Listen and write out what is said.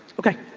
okay.